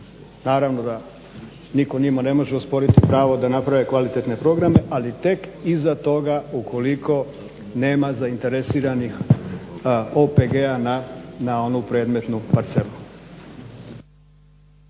Naravno da nitko njima ne može osporiti pravo da naprave kvalitetne programe ali tek iza toga ukoliko nema zainteresiranih OPG-a na onu predmetnu parcelu.